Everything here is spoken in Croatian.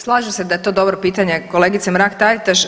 Slažem se da je to dobro pitanje kolegice Mrak-Taritaš.